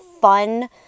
fun